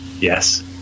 Yes